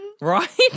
Right